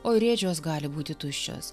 o ir ėdžios gali būti tuščios